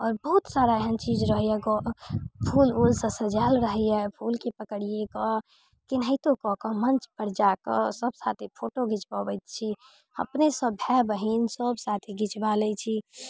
आओर बहुत सारा एहन चीज रहैय फूल उलसँ सजायल रहैय फूलके पकड़ि कऽ केनाहितो कऽ कऽ मञ्चपर जा कऽ सब साथे फोटो घीचबबैत छी अपने सब भाय बहिन सब साथे घीचबा लै छी